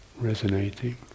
resonating